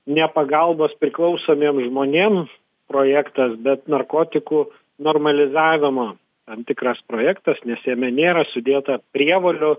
ne pagalbos priklausomiem žmonėm projektas bet narkotikų normalizavimo tam tikras projektas nes jame nėra sudėta prievolių